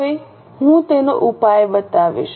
હવે હું તેનો ઉપાય બતાવીશ